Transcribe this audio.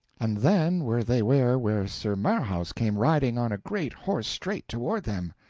and then were they ware where sir marhaus came riding on a great horse straight toward them.